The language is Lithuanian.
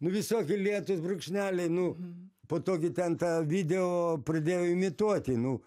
nu visokie lietus brūkšneliai nu po to gi ten tą video pradėjo imituoti nu